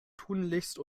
tunlichst